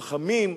חכמים,